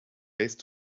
waste